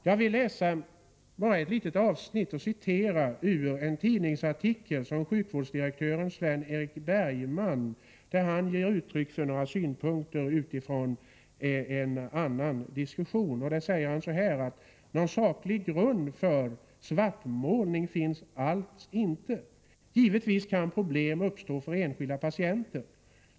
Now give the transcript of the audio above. Jag vill citera ett litet avsnitt i en tidningsartikel. Sjukvårdsdirektör Sven-Eric Bergman framför där vissa synpunkter med utgångspunkt i en annan diskussion. Han säger: ”Någon saklig grund för —-——- svartmålning finns alltså inte. Givetvis kan problem uppstå för enskilda patienter.